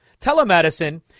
Telemedicine